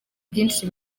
byinshi